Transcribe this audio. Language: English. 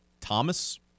Thomas